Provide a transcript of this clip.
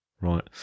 Right